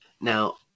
Now